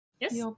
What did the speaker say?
Yes